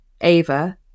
Ava